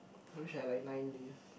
I wished I had like nine days